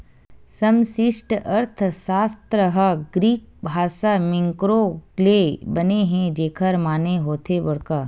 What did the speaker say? समस्टि अर्थसास्त्र ह ग्रीक भासा मेंक्रो ले बने हे जेखर माने होथे बड़का